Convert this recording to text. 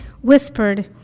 whispered